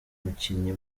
umukinnyi